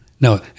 No